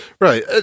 Right